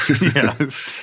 Yes